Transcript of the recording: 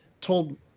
told